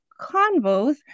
Convos